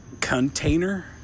Container